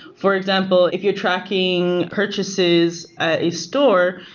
for example, if you're tracking purchases at a store,